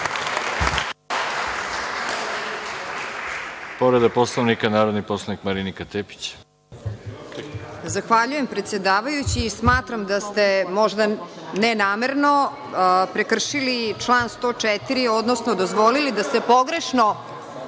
Povreda Poslovnika, narodni poslanik Marinika Tepić.